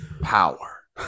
Power